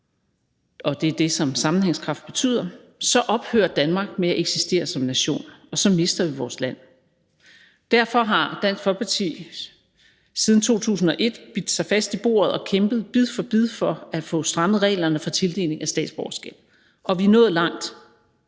og det er det, som sammenhængskraft betyder – så ophører Danmark med at eksistere som nation, og så mister vi vores land. Derfor har Dansk Folkeparti siden 2001 bidt sig fast i bordet og kæmpet bid for bid for at få strammet reglerne for tildeling af statsborgerskab, og vi er nået langt.